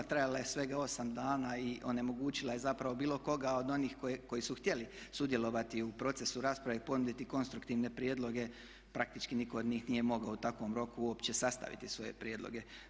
Trajala je svega 8 dana i onemogućila je zapravo bilo koga od onih koji su htjeli sudjelovati u procesu rasprave i ponuditi konstruktivne prijedloge praktički nitko od njih nije mogao u takvom roku uopće sastaviti svoje prijedloge.